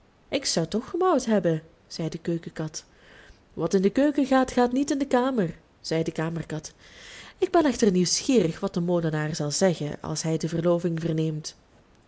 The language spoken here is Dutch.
ik zou toch gemauwd hebben zei de keukenkat wat in de keuken gaat gaat niet in de kamer zei de kamerkat ik ben echter nieuwsgierig wat de molenaar zal zeggen als hij de verloving verneemt